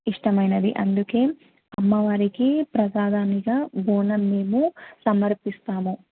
ఇష్టమైనది అందుకే అమ్మవారికి ప్రసాధానిగా బోనం మేము సమర్పిస్తాము